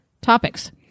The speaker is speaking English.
topics